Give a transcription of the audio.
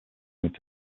need